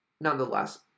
nonetheless